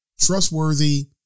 trustworthy